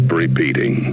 repeating